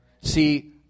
See